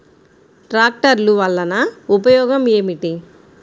ట్రాక్టర్లు వల్లన ఉపయోగం ఏమిటీ?